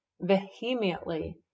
vehemently